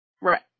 right